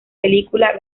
película